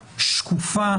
שקופה,